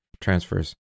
transfers